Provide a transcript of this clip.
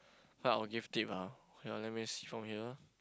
uh I'll give tip ah okay lor let me see from here